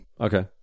Okay